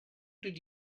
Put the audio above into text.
did